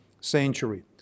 century